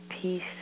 peace